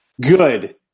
Good